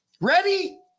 Ready